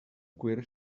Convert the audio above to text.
cuir